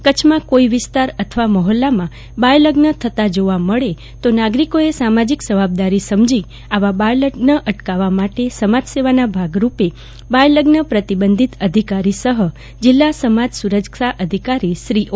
કચ્છમા કોઈ વિસ્તારમાંગામમાં કે મહોલ્લામાં બાળલઝ્ન થતાં જોવા મળે તો નાગરીકોએ સામાજિક જવાબદારી સમજી આવા બાળલગ્ન અટકાવવા માટે સમાજસેવાના ભાગરૂપે બાળલગ્ન પ્રતિબંધક અધિકારી સહ જિલ્લા સમાજ સુરક્ષા અધિકારીશ્રી એ